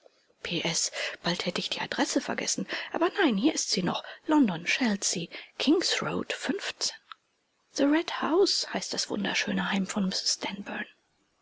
bald hätte ich die adresse vergessen aber nein hier ist sie noch london chelsea king's road redhaus heißt das wunderschöne heim von